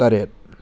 ꯇꯔꯦꯠ